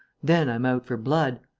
then i'm out for blood!